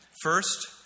First